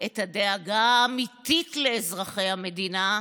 את הדאגה האמיתית לאזרחי המדינה,